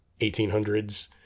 1800s